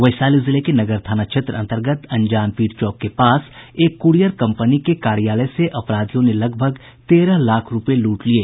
वैशाली जिले के नगर थाना क्षेत्र अन्तर्गत अंजानपीर चौक के पास एक कूरियर कम्पनी के कार्यालय से अपराधियों ने लगभग तेरह लाख रूपये लूट लिये